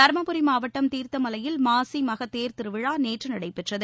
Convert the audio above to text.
தருமபரி மாவட்டம் தீர்த்தமலையில் மாசிமக தேர்திருவிழா நேற்று நடைபெற்றது